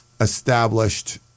established